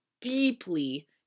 deeply